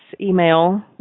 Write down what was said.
email